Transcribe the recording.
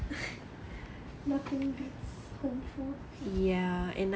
nothing beats home foods